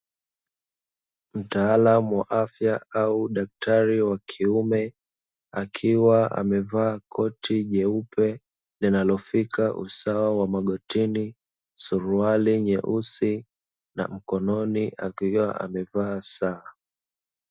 Mtaalamu wa afya au daktari wa kiume, akiwa amevaa koti jeupe linalofika usawa wa magotini, suruali nyeusi na mkononi akiwa amevaa saa.